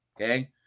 okay